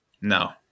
No